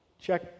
check